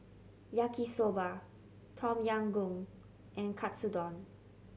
Yaki Soba Tom Yam Goong and Katsudon